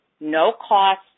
no-cost